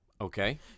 Okay